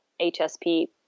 HSP